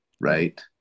Right